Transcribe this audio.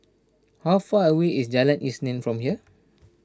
how far away is Jalan Isnin from here